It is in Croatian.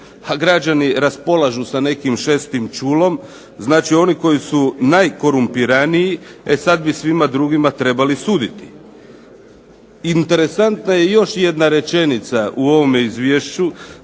ha građani raspolažu sa nekim šestim čulom, znači oni koji su najkorumpiraniji e sada bi svima drugima trebali suditi. Interesantna je još jedna rečenica u ovome izvješću